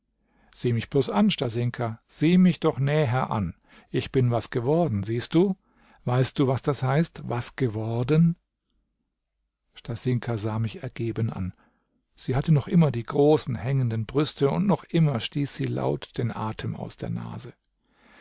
sieh mich bloß an stasinka sieh mich doch näher an ich bin was geworden siehst du weißt du was das heißt was geworden stasinka sah mich ergeben an sie hatte noch immer die großen hängenden brüste und noch immer stieß sie laut den atem aus der nase